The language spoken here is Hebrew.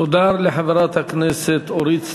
תודה לחברת הכנסת אורית סטרוק.